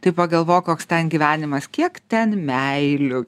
tai pagalvok koks ten gyvenimas kiek ten meilių